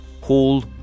Hall